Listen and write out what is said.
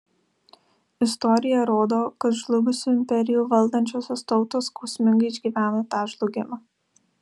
istorija rodo kad žlugusių imperijų valdančiosios tautos skausmingai išgyvena tą žlugimą